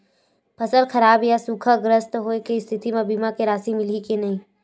फसल खराब या सूखाग्रस्त होय के स्थिति म बीमा के राशि मिलही के नही?